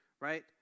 right